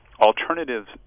alternatives